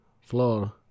floor